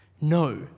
No